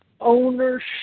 ownership